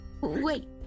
Wait